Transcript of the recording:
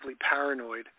paranoid